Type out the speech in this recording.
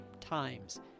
times